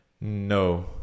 No